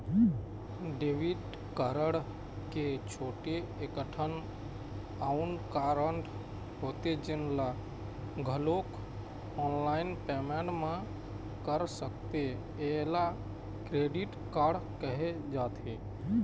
debit card के छोड़े एकठन अउ कारड होथे जेन ल घलोक ऑनलाईन पेमेंट म कर सकथे एला क्रेडिट कारड कहे जाथे